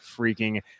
freaking